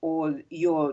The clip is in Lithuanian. o jo